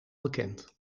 bekend